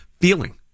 feeling